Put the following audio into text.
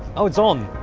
oh, it's on